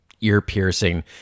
ear-piercing